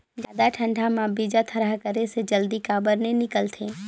जादा ठंडा म बीजा थरहा करे से जल्दी काबर नी निकलथे?